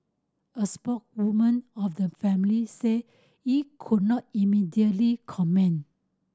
a spokeswoman of the family said it could not immediately comment